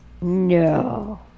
no